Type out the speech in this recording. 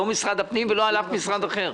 לא על משרד הפנים ולא על אף משרד אחר.